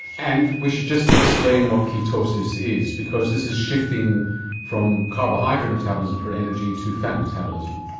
and we should just explain what ketosis is, because this is shifting from carbohydrate metabolism for energy to fat metabolism.